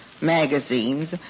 magazines